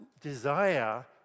desire